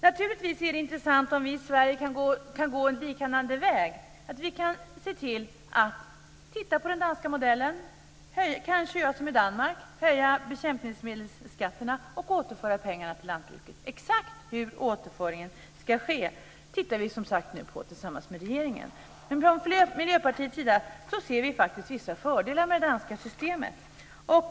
Naturligtvis är det intressant om vi i Sverige kan gå en liknande väg, att se på den danska modellen, kanske göra som i Danmark och höja bekämpningsmedelsskatterna och återföra pengarna till lantbruket. Exakt hur återföringen ska ske tittar vi som sagt nu på tillsammans med regeringen. Från Miljöpartiets sida ser vi faktiskt vissa fördelar med det danska systemet.